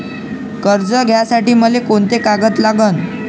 कर्ज घ्यासाठी मले कोंते कागद लागन?